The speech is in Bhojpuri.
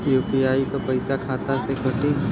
यू.पी.आई क पैसा खाता से कटी?